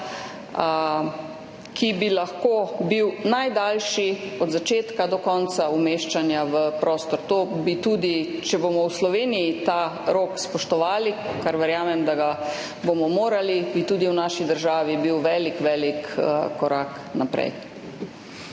ki bi lahko bil najdaljši od začetka do konca umeščanja v prostor. Če bomo v Sloveniji ta rok spoštovali, kar verjamem, da ga bomo morali, bi tudi v naši državi bil velik velik korak naprej.